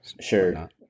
sure